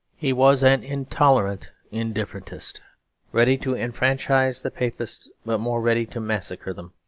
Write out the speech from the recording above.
he was an intolerant indifferentist ready to enfranchise the papists, but more ready to massacre them.